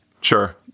Sure